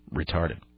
retarded